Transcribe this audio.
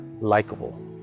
likable